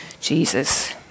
Jesus